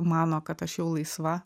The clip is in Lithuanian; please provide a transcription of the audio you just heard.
mano kad aš jau laisva